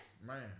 man